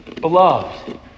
Beloved